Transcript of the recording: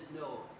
no